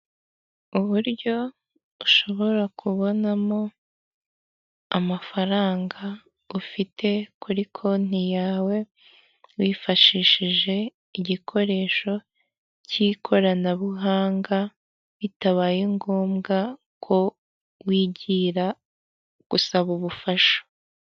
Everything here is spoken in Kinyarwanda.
Uburyo ushobora kubonamo amafaranga ufite kuri konti yawe, wifashishije igikoresho cy'ikoranabuhanga bitabaye ngombwa ko wigira gusaba ubufasha.